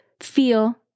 feel